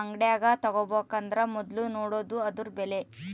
ಅಂಗಡ್ಯಾಗ ತಾಬಕಂದರ ಮೊದ್ಲು ನೋಡಾದು ಅದುರ ಬೆಲೆ